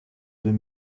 deux